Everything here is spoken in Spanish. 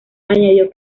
añadió